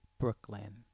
Brooklyn